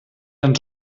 ens